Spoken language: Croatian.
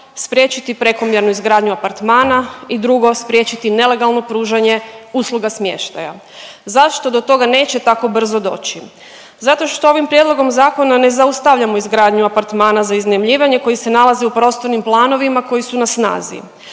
spriječiti prekomjernu izgradnju apartmana i drugo spriječiti nelegalno pružanje usluga smještaja. Zašto do toga neće tako brzo doći? Zato što ovim prijedlogom zakona ne zaustavljamo izgradnju apartmana za iznajmljivanje koji se nalazi u prostornim planovima koji su na snazi.